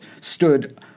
stood